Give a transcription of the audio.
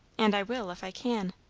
and i will if i can.